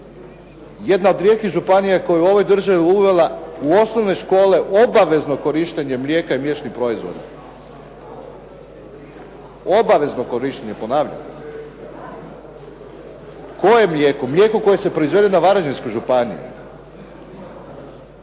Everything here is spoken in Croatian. Jedna od rijetkih je županija koja je u ovoj državi uvela u osnovne škole obavezno korištenje mlijeka i mliječnih proizvoda. Obavezno korištenje, ponavljam. Koje mlijeko? Mlijeko koje se proizvede na Varaždinskoj županiji.